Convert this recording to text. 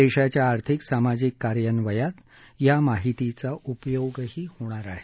देशाच्या आर्थिक सामाजिक कार्यन्वयात या माहितीचा उपयोग होईल